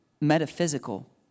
metaphysical